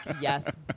yes